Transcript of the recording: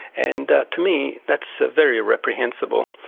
and to me, that's very reprehensible.